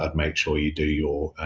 ah make sure you do your